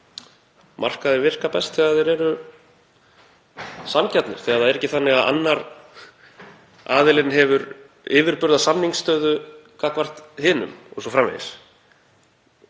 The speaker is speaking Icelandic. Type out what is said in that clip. markaðir virka best þegar þeir eru sanngjarnir, þegar það er ekki þannig að annar aðilinn hefur yfirburðasamningsstöðu gagnvart hinum o.s.frv.